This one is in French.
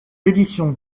éditions